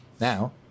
now